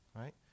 right